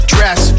Dress